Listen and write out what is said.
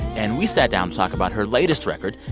and we sat down to talk about her latest record.